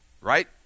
right